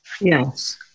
Yes